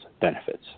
benefits